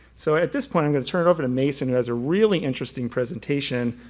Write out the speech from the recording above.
so at this point i'm going to turn it over to mason who has a really interesting presentation.